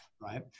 right